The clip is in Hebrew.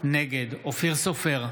נגד אופיר סופר,